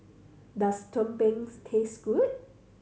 does tumpengs taste good